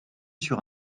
sur